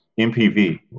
MPV